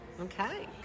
okay